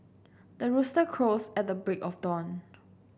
the rooster crows at the break of dawn